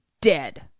dead